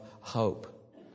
hope